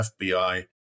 FBI